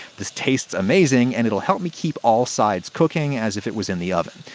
this tastes amazing, and it'll help me keep all sides cooking, as if it was in the oven.